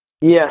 Yes